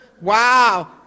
Wow